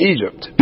Egypt